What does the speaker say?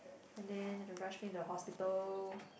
and then have to rush me to hospital